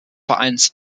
vereins